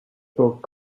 book